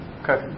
okay